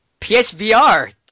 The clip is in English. PSVR